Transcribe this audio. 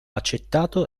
accettato